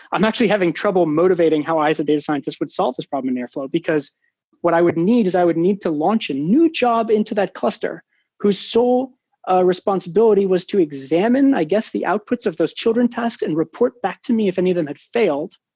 i'm actually having trouble motivating how i as a data scientist would solve this problem in airflow, because what i would need is i would need to launch a new job into that cluster whose sole ah responsibility was to examine i guess the outputs of those children tasks and report back to me if any of them had failed.